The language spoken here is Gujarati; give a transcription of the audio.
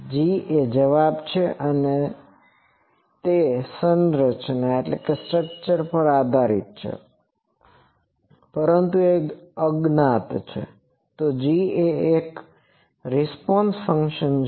g એ જવાબ છે અને તે સંરચના પર આધારિત છે પરંતુ તે અજ્ઞાત છે તો g એ એક રિસ્પોન્સresponseપ્રત્યુતર ફંક્શન છે